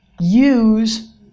use